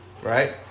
Right